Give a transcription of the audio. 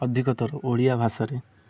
ଅଧିକତର ଓଡ଼ିଆ ଭାଷାରେ